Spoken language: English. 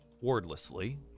wordlessly